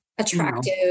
attractive